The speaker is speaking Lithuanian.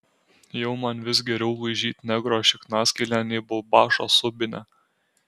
jau man vis geriau laižyt negro šiknaskylę nei bulbašo subinę